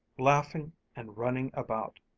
laughing and running about,